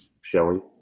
showing –